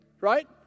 right